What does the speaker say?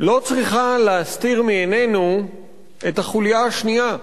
לא צריכה להסתיר מעינינו את החוליה השנייה,